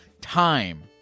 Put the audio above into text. time